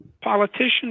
Politicians